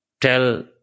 tell